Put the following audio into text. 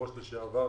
כיושב-ראש לשעבר,